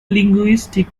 linguistic